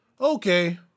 Okay